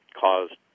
caused